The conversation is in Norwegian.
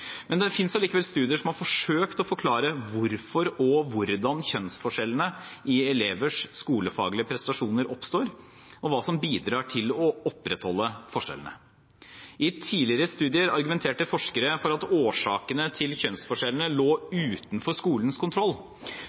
Men det finnes likevel studier som har forsøkt å forklare hvorfor og hvordan kjønnsforskjellene i elevers skolefaglige prestasjoner oppstår, og hva som bidrar til å opprettholde forskjellene. I tidligere studier argumenterte forskere for at årsakene til forskjellene lå utenfor skolens kontroll,